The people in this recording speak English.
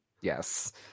Yes